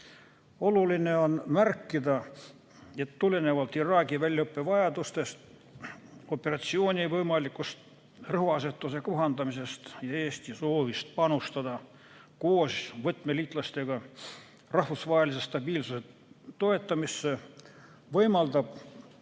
Oluline on märkida, et tulenevalt Iraagi väljaõppe vajadustest, operatsiooni võimalikust rõhuasetuse kohandamisest ja Eesti soovist panustada koos võtmeliitlastega rahvusvahelise stabiilsuse toetamisse võimaldab